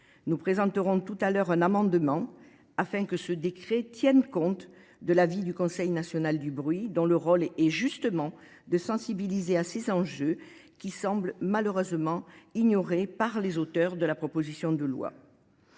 Nous présenterons tout à l'heure un amendement afin que ce décret tienne compte de l'avis du Conseil national du bruit dont le rôle est justement de sensibiliser à ces enjeux qui semblent malheureusement ignorés par les auteurs de la proposition de loi.